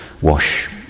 wash